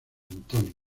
antonio